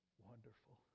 wonderful